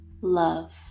love